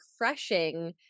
refreshing